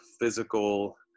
physical